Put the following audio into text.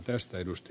herra puhemies